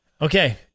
Okay